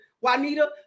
Juanita